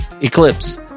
Eclipse